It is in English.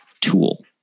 tool